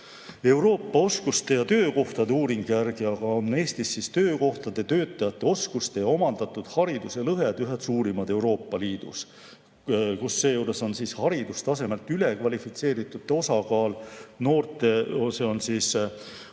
Euroopa oskuste ja töökohtade uuringu järgi aga on Eestis töökohtade, töötajate oskuste ja omandatud hariduse lõhed ühed suurimad Euroopa Liidus, seejuures on haridustasemelt ülekvalifitseeritud noorte osa Eestis Euroopa